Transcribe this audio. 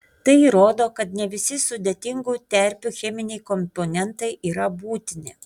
tai įrodo kad ne visi sudėtingų terpių cheminiai komponentai yra būtini